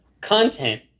content